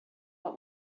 what